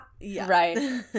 right